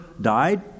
died